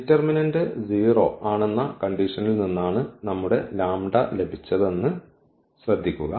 determinant 0 ആണെന്ന കണ്ടീഷനിൽ നിന്നാണ് നമ്മുടെ ലാംബഡ ലഭിച്ചതെന്ന് ശ്രദ്ധിക്കുക